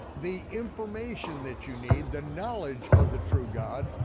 the information that you need, the knowledge of the true god,